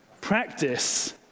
practice